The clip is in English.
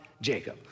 Jacob